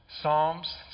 psalms